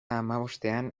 hamabostean